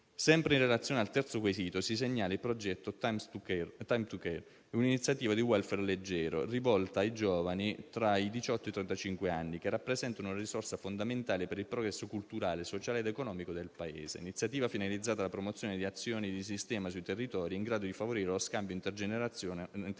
Sempre in relazione al terzo quesito, si segnala il progetto *Time to care*; un'iniziativa di *welfare* leggero rivolta ai giovani tra i diciotto e i trentacinque anni che rappresentano una risorsa fondamentale per il progresso culturale, sociale ed economico del Paese. Iniziativa finalizzata alla promozione di azioni di sistema sui territori in grado di favorire lo scambio intergenerazionale